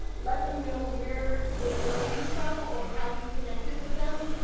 let them know where they know you from or how you connected with them.